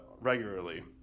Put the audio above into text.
regularly